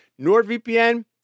NordVPN